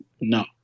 No